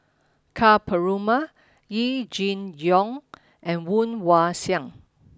Ka Perumal Yee Jenn Jong and Woon Wah Siang